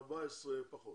14 פחות.